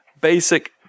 basic